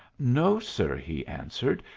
no, sir, he answered.